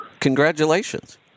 Congratulations